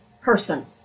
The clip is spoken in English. person